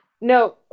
No